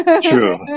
True